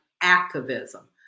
activism